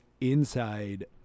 inside